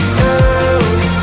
girls